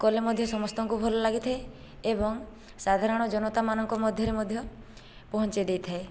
କଲେ ମଧ୍ୟ ସମସ୍ତଙ୍କୁ ଭଲ ଲାଗିଥାଏ ଏବଂ ସାଧାରଣ ଜନତାମାନଙ୍କ ମଧ୍ୟରେ ମଧ୍ୟ ପହଞ୍ଚାଇ ଦେଇଥାଏ